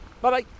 Bye-bye